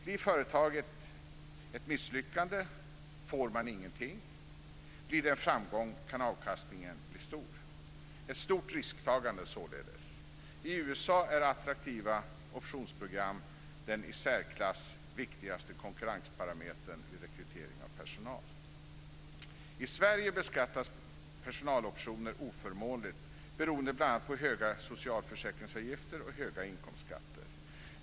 Blir företaget ett misslyckande får man ingenting. Blir det en framgång kan avkastningen bli stor. Det är således ett stort risktagande. I USA är attraktiva optionsprogram den i särklass viktigaste konkurrensparametern vid rekrytering av personal. I Sverige beskattas personaloptioner oförmånligt beroende bl.a. på höga socialförsäkringsavgifter och höga inkomstskatter.